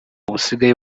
busigaye